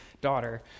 daughter